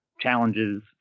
challenges